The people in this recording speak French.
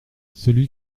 celui